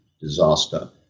disaster